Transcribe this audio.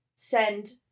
send